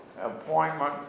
appointment